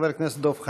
חבר הכנסת דב חנין.